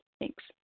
Thanks